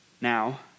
Now